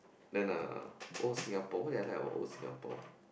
then ah old Singapore what that I like of Singapore